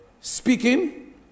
speaking